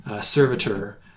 servitor